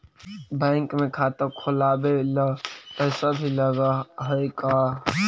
Bank में खाता खोलाबे ल पैसा भी लग है का?